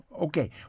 Okay